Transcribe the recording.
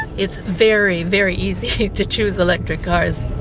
it's very, very easy to choose electric cars.